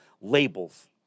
labels